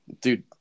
dude